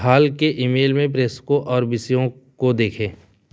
हाल के ईमेल में प्रेषकों और विषयों को देखें